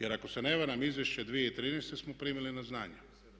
Jer ako se ne varam izvješće 2013. smo primili na znanje.